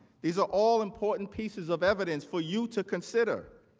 these are all important pieces of evidence for you to consider.